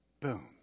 Boom